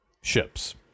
ships